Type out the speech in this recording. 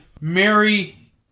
Mary